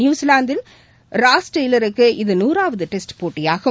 நியூசிலாந்தின் Ross டெய்லருக்கு இது நூறாவது டெஸ்ட் போட்டியாகும்